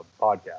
podcast